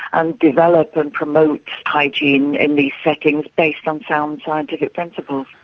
and develop and promote hygiene in these settings based on sound scientific principles.